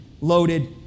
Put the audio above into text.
loaded